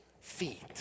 feet